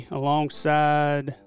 alongside